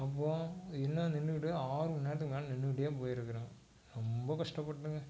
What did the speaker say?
அப்போது இன்னும் நின்றுக்கிட்டே ஆறு மணி நேரத்துக்கு மேலே நின்றுக்கிட்டே போய்ருக்குறேன் ரொம்ப கஷ்டப்பட்டேன்ங்க